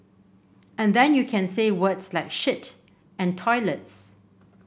and then you can say words like shit and toilets